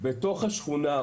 בתוך השכונה,